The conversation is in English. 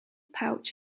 pouch